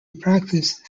practice